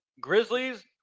Grizzlies